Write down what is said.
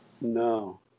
No